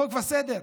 "חוק וסדר"